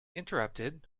interrupted